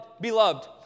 beloved